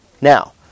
Now